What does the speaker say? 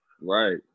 Right